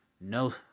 No